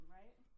right